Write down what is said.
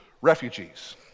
refugees